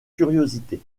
curiosité